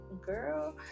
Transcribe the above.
Girl